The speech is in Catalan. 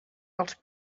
als